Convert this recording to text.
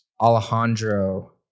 Alejandro